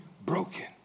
broken